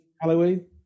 Halloween